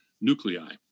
nuclei